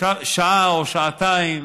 ששעה או שעתיים